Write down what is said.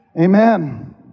amen